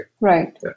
Right